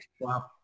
Wow